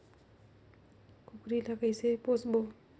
कूकरी ला कइसे पोसबो?